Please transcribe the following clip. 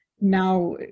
Now